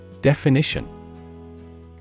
Definition